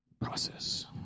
Process